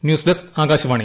news desk Akashvani